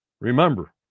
Remember